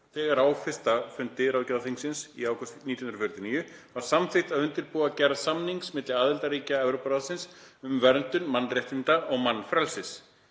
Þegar á fyrsta fundi ráðgjafarþingsins í ágúst 1949 var samþykkt að undirbúa gerð samnings milli aðildarríkja Evrópuráðsins um verndun mannréttinda og mannfrelsis,